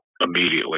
immediately